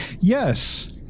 Yes